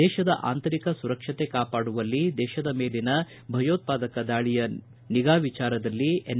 ದೇಶದ ಆಂತರಿಕ ಸುರಕ್ಷತೆ ಕಾಪಾಡುವಲ್ಲಿ ದೇಶದ ಮೇಲಿನ ಭಯೋತ್ವಾದಕ ದಾಳಿಯ ನಿಗಾ ವಿಚಾರದಲ್ಲಿ ಎನ್